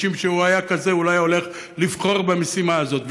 משום שאם הוא היה כזה הוא לא היה הולך לבחור במשימה הזאת.